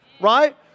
right